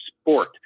sport